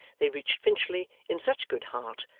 they reached finchley in such good heart,